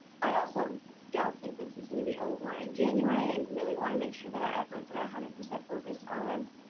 i also don't think this is gonna be over in january and really wanna make sure that our efforts are one ah hundred percent focused on